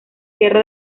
cierre